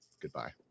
Goodbye